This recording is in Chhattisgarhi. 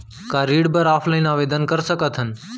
का ऋण बर ऑफलाइन आवेदन कर सकथन?